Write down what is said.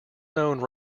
known